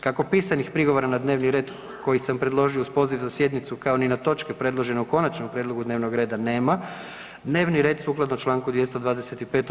Kako pisanih prigovora na dnevni red koji sam predložio uz poziv za sjednicu, kao ni na točke predloženog konačnog prijedloga dnevnog reda nema, dnevni red sukladno čl. 225.